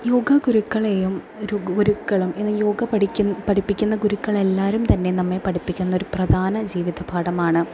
യോഗാ ഗുരുക്കളെയും ഗുരുക്കളും യോഗ പഠിക്കുന്ന പഠിപ്പിക്കുന്ന ഗുരുക്കളെല്ലാവരും തന്നെ നമ്മെ പഠിപ്പിക്കുന്നൊരു പ്രധാന ജീവിത പാഠമാണ്